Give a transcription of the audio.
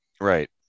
Right